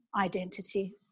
identity